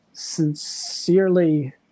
sincerely